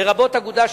לרבות אגודה שיתופית,